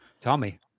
Tommy